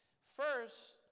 First